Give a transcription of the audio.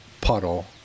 puddle